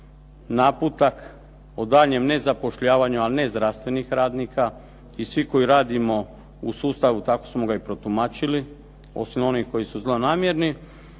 naputak o daljnjem nezapošljavanje, a ne zdravstvenih radnika i svi koji radimo u sustavu tako smo ga i protumačili, osim onih koji su zlonamjerni.